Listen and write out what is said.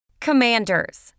Commanders